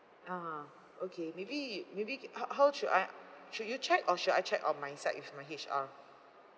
ah okay maybe maybe ca~ how how should I should you check or should I check on my side with my H_R